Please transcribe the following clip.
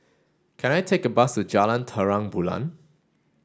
can I take a bus to Jalan Terang Bulan